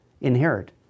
inherit